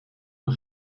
een